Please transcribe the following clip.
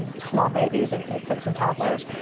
small babies, and infants and toddlers,